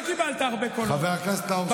חבר הכנסת דוידסון,